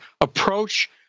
approach